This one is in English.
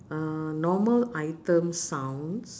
uh normal item sounds